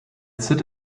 sit